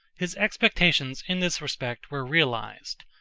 his expectations in this respect were realized.